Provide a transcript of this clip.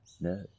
no